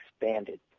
expanded